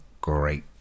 great